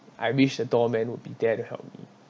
I wish the doorman would be there to help me